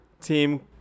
team